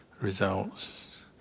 results